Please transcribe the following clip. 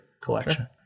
collection